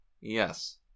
Yes